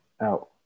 out